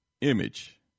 image